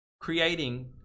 creating